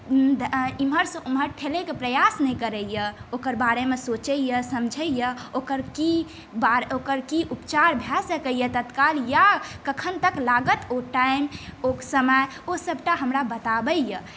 इम्हरसँ उम्हर ठेलैके प्रयास नहि करैए ओकर बारेमे सोचैए समझैए ओकर की ओकर की उपचार भए सकैए तत्काल या कखन तक लागत ओ टाइम ओ समय ओ सभटा हमरा बताबैए